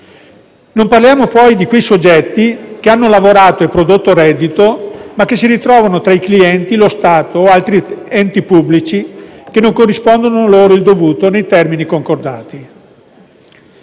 Non parliamo poi di quei soggetti che hanno lavorato e prodotto reddito, ma che si ritrovano tra i clienti lo Stato o altri enti pubblici che non corrispondono loro il dovuto nei termini concordati.